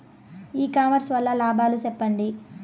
ఇ commerce వల్ల లాభాలు సెప్పండి?